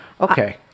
Okay